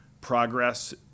progress